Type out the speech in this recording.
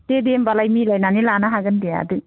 दे दे होमबालाय मिलायनानै लानो हागोन दे आदै